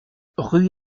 rue